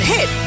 Hit